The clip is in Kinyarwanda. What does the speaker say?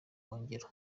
buhungiro